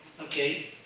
Okay